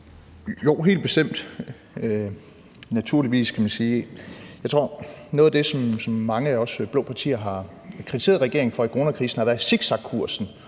Jo, helt bestemt – naturligvis, kan man sige. Noget af det, som mange os blå partier har kritiseret regeringen for i coronakrisen, har været zigzagkursen,